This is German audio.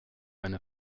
eine